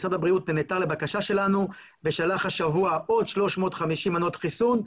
משרד הבריאות נענה לבקשה שלנו ושלח השבוע עוד 350 מנות חיסון,